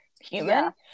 human